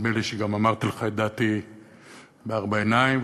נדמה לי שגם אמרתי לך את דעתי בארבע עיניים,